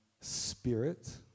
spirit